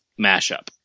mashup